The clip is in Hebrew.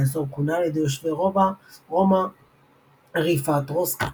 האזור כונה על ידי תושבי רומא "ריפה אטרוסקה".